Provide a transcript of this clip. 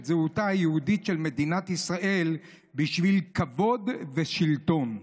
זהותה היהודית של מדינת ישראל בשביל כבוד ושלטון.